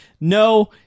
no